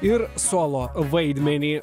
ir solo vaidmenį